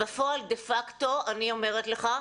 בפועל דפקטו אני אומרת לך,